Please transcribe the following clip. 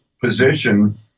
position